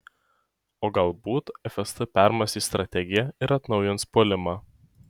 o galbūt fst permąstys strategiją ir atnaujins puolimą